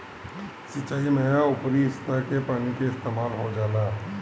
सिंचाईओ में ऊपरी सतह के पानी के इस्तेमाल हो जाला